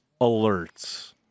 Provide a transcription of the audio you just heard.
alerts